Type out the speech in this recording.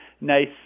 nice